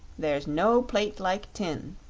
there's no plate like tin.